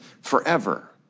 forever